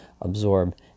absorb